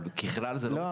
אבל ככלל זה לא מקל.